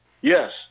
Yes